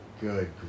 Good